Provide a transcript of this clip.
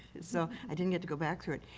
so i didn't get to go back through it.